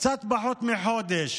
קצת פחות מחודש